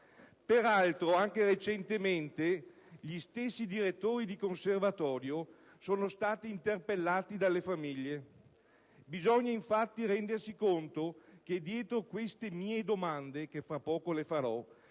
Peraltro, anche recentemente, gli stessi direttori di conservatorio sono stati interpellati dalle famiglie. Bisogna infatti rendersi conto che dietro le domande che fra poco le